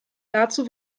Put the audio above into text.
dazu